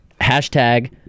hashtag